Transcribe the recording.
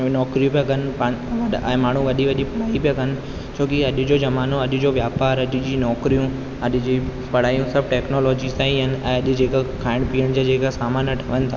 नौकिरियूं पिया कनि ऐं वॾा माण्हू वॾी वॾी पढ़ाई पिया कनि छोकी अॼ जो ज़मानो अॼ जो वापारु अॼ जी नौकिरियूं अॼ जी पढ़ायूं सभु टेक्नोलॉजी सां ई आहिनि ऐं अॼु खाइण पीअण जा जेके सामान ठहनि था